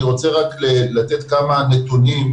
אני רוצה רק לתת כמה נתונים,